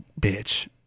Bitch